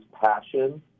passion